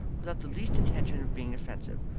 without the least intention of being offensive.